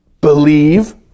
believe